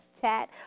Chat